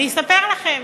אני אספר לכם,